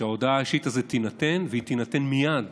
שההודעה האישית הזו תינתן, והיא תינתן מייד,